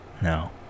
No